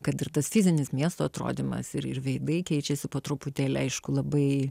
kad ir tas fizinis miesto atrodymas ir ir veidai keičiasi po truputėlį aišku labai